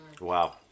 Wow